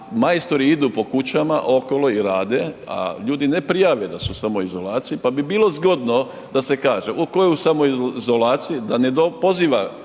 majstori idu po kućama okolo i rade a ljudi ne prijave da su u samoizolaciji, pa bi bilo zgodno da se kaže u koju samoizolaciju, da ne poziva